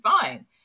Fine